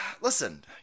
listen